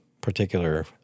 particular